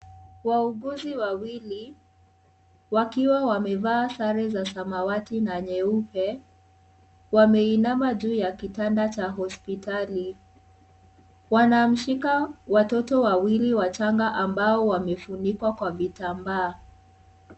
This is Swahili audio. Wauguzi wawili wakiwa wamevaa sare za samawati na nyeupe wameinama juu ya kitanda cha hospitali. Wanamshika watoto wawili wachanga ambao wamefunikwa kwa vitambaa.